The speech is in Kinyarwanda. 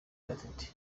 gatete